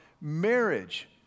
marriage